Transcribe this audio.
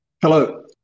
Hello